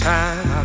time